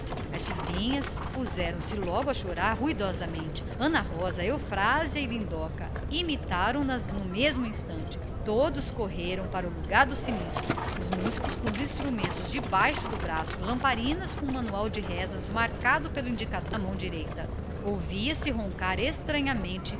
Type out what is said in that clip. as sobrinhas puseram-se logo a chorar ruidosamente ana rosa eufrásia e lindoca imitaram nas no mesmo instante correram todos para o lugar do sinistro os músicos com os instrumentos debaixo do braço lamparinas com o manual de rezas marcado pelo indicador da mão direita ouvia-se roncar estranhamente